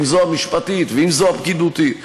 אם המשפטית ואם הפקידותית,